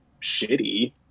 shitty